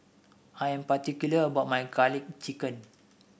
I am particular about my garlic chicken